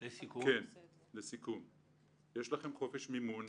כן, יש לכם חופש מימון,